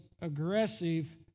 aggressive